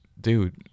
dude